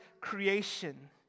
creation